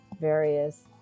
various